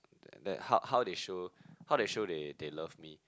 then then how how they show how they show they they love me